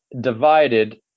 divided